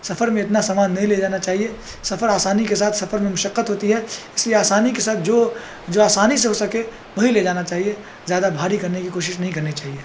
سفر میں اتنا سامان نہیں لے جانا چاہیے سفر آسانی کے ساتھ سفر میں مشقت ہوتی ہے اس لیے آسانی کے ساتھ جو جو آسانی سے ہو سکے وہی لے جانا چاہیے زیادہ بھاری کرنے کی کوشش نہیں کرنی چاہیے